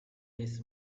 his